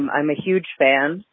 i'm a huge fan.